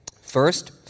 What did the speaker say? First